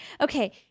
Okay